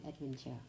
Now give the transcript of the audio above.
adventure